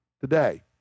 today